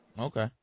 Okay